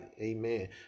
amen